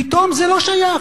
פתאום זה לא שייך.